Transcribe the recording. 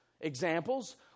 examples